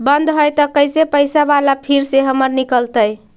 बन्द हैं त कैसे पैसा बाला फिर से हमर निकलतय?